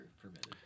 permitted